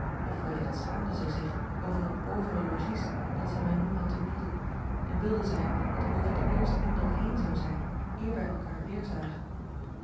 of wellicht schaamde zij zich over het provere logies dat zij mij nu had te bieden en wilde zij dat ik over den eersten indruk heen zou zijn eer wij elkaar